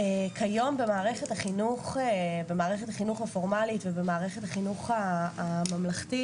כיום במערכת החינוך הפורמלית ובמערכת החינוך הממלכתית